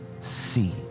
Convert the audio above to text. see